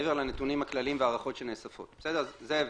מעבר לנתונים הכלליים והערכות שנאספות - זה ההבדל.